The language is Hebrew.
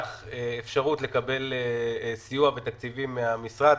אפשרות לקבל סיוע ותקציבים מהמשרד.